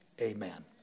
amen